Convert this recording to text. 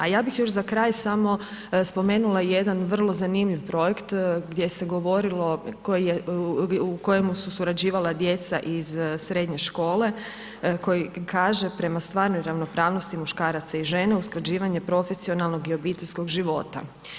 A ja bih još za kraj samo spomenula jedan vrlo zanimljiv projekt gdje se govorilo koji je, u kojemu su surađivala djeca iz srednje škole koji kaže prema stvarnoj ravnopravnosti muškaraca i žena, usklađivanje profesionalnog i obiteljskog života.